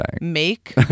Make